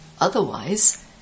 Otherwise